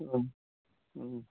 ꯎꯝ ꯎꯝ